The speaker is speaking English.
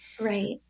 Right